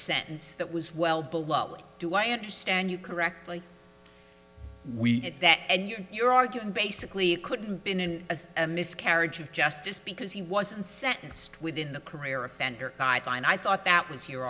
sentence that was well below do i understand you correctly we get that and you're you're arguing basically it couldn't been as a miscarriage of justice because he wasn't sentenced within a career offender and i thought that was your